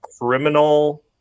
criminal